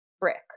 brick